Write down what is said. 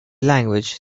language